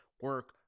Work